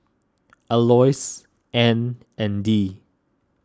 Alois Anne and Dee